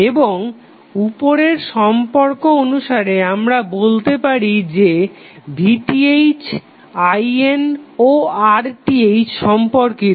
এখন উপরের সম্পর্ক অনুসারে আমরা বলতে পারি যে VTh IN ও RTh সম্পর্কিত